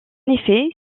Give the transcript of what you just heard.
effet